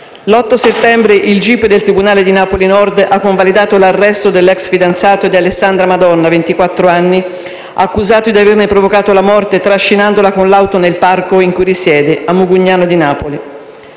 L'8 settembre, il gip del tribunale di Napoli Nord ha convalidato l'arresto dell'ex fidanzato di Alessandra Madonna, di ventiquattro anni, accusato di averne provocato la morte, trascinandola con l'auto nel parco in cui risiede, a Mugnano di Napoli.